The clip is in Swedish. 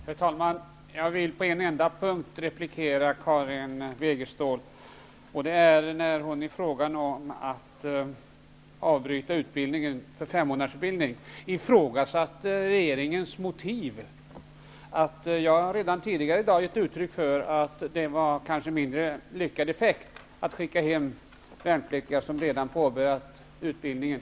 Herr talman! Jag vill på en enda punkt replikera på Karin Wegeståls anförande, nämligen där hon ifrågasatte regeringens motiv för att avbryta femmånadersutbildningen. Jag har redan tidigare i dag gett uttryck för att det kanske gav en mindre lyckad effekt att skicka hem värnpliktiga som redan påbörjat utbildningen.